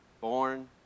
born